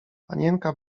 panienka